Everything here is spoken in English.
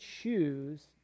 choose